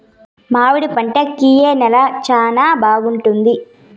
మామిడి పంట కి ఏ నేల చానా బాగుంటుంది